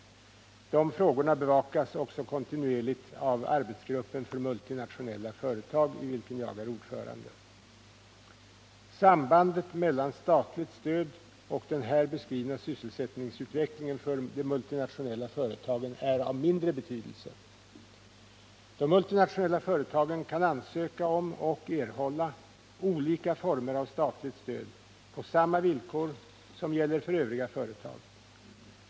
Dessa frågor bevakas också kontinuerligt av arbetsgruppen för multinationella företag, i vilken jag är ordförande. Sambandet mellan statligt stöd och den här beskrivna sysselsättningsutvecklingen för de multinationella företagen är av mindre betydelse, De multinationella företagen kan ansöka om och erhålla olika former av statligt stöd på samma villkor som gäller för övriga företag.